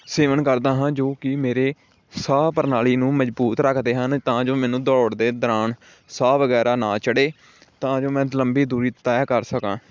ਸੇਵਨ ਕਰਦਾ ਹਾਂ ਜੋ ਕਿ ਮੇਰੇ ਸਾਹ ਪ੍ਰਣਾਲੀ ਨੂੰ ਮਜ਼ਬੂਤ ਰੱਖਦੇ ਹਨ ਤਾਂ ਜੋ ਮੈਨੂੰ ਦੌੜ ਦੇ ਦੌਰਾਨ ਸਾਹ ਵਗੈਰਾ ਨਾ ਚੜ੍ਹੇ ਤਾਂ ਜੋ ਮੈਂ ਲੰਬੀ ਦੂਰੀ ਤੈਅ ਕਰ ਸਕਾਂ